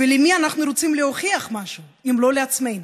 ולמי אנחנו רוצים להוכיח משהו, אם לא לעצמנו?